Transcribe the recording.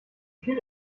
viel